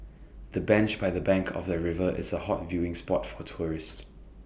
the bench by the bank of the river is A hot viewing spot for tourists